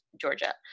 Georgia